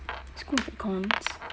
school of econs